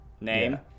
name